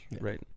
right